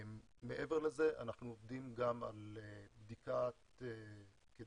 מעבר לזה, אנחנו עובדים גם על בדיקת כדאיות